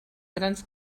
grans